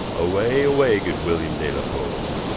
away, away, good william de la poole,